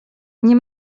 nie